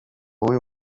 w’uyu